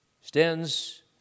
Stands